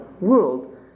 world